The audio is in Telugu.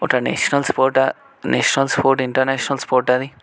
ఒక national sport national sport international sport అది